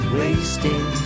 wasting